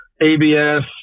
ABS